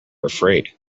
afraid